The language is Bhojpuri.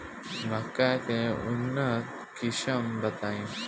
मक्का के उन्नत किस्म बताई?